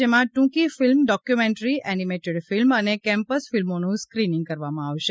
જેમાં ટૂંકી film documentary animated film અને કેમ્પસ ફિલ્મોનુ સ્કીનીંગ કરવામાં આવશે